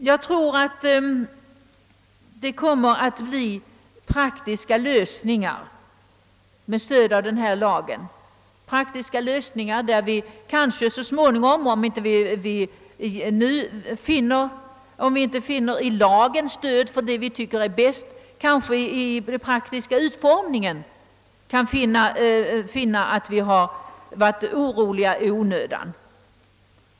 Jag tror att denna lag kan medge sådana praktiska lösningar, även om den inte direkt lämnar stöd för vad vi motionärer anser vara det bästa, att vi så småningom skall finna att vi oroat oss i onödan.